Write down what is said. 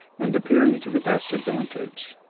and appearing to the best advantage.